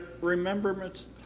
remembrance